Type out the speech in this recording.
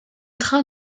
trains